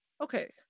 okay